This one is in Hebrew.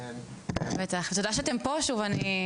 תודה שאתם פה, שוב.